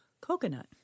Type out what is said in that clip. coconut